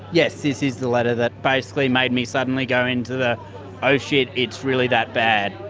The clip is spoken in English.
yes, this is the letter that basically made me suddenly go into the oh shit, it's really that bad',